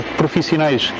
profissionais